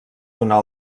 donar